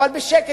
אבל בשקט,